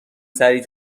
سریع